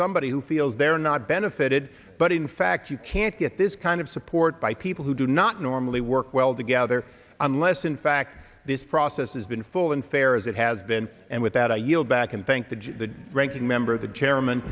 somebody who feels they are not benefited but in fact you can't get this kind of support by people who do not normally work well together unless in fact this process has been full and fair as it has been and with that i yield back and thank the judge the ranking member of the chairman